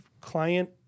client